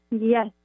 Yes